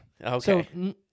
Okay